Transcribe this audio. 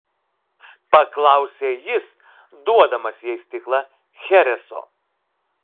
paklausė jis duodamas jai stiklą chereso